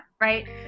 right